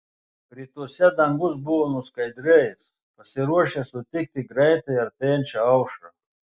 rytuose dangus buvo nuskaidrėjęs pasiruošęs sutikti greitai artėjančią aušrą